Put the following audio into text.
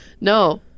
No